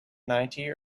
ninety